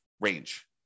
range